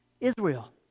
Israel